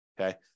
okay